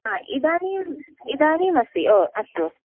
इदानीम् इदानीमस्ति ओ अस्तु